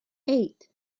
eight